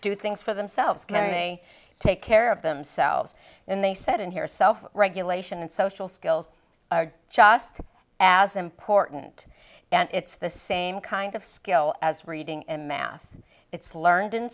do things for themselves many take care of themselves and they said in here is self regulation and social skills are just as important and it's the same kind of skill as reading and math it's learned in